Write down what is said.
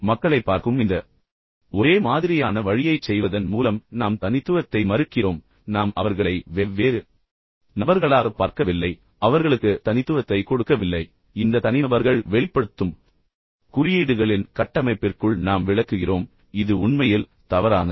இப்போது மக்களைப் பார்க்கும் இந்த ஒரே மாதிரியான வழியைச் செய்வதன் மூலம் நாம் அவர்களை தனித்துவத்தை மறுக்கிறோம் நாம் அவர்களை வெவ்வேறு நபர்களாக பார்க்கவில்லை அவர்களுக்கு தனித்துவத்தை கொடுக்கவில்லை இந்த தனிநபர்கள் வெளிப்படுத்தும் குறியீடுகளின் கட்டமைப்பிற்குள் நாம் விளக்குகிறோம் இது உண்மையில் தவறானது